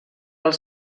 els